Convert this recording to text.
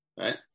Right